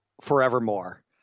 forevermore